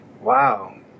Wow